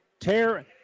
tear